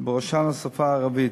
ובראשן השפה הערבית.